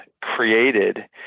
created